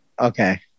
Okay